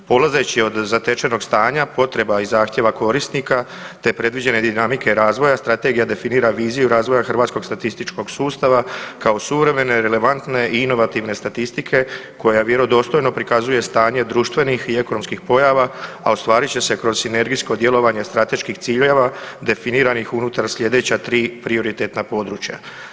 Polazeći od zatečenog stanja, potreba i zahtjeva korisnika te predviđene dinamike razvoja, Strategija definira viziju razvoja hrvatskog statističkog sustava kao suvremene, relevantne i inovativne statistike koja vjerodostojno prikazuje stanje društvenih i ekonomskih pojava, a ostvarit će se kroz sinergijskog djelovanje strateških ciljeva, definiranih unutar sljedeća 3 prioritetna područja.